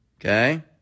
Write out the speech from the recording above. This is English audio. okay